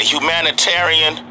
Humanitarian